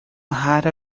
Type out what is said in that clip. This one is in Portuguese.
rara